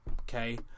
okay